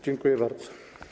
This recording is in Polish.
Dziękuję bardzo.